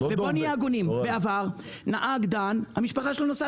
בוא נהיה הגונים, בעבר, נהג דן, המשפחה שלו נסעה